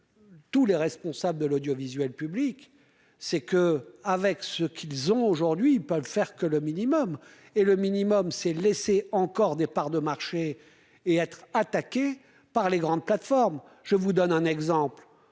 tous les responsables de l'audiovisuel public, c'est que, avec ce qu'ils ont aujourd'hui peut le faire que le minimum et le minimum, c'est laisser encore des parts de marché et être attaqué par les grandes plateformes je vous donne un exemple